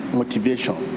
motivation